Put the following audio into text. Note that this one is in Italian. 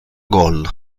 gol